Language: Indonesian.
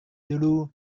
dulu